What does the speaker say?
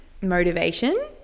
motivation